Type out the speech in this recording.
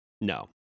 no